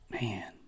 man